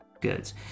goods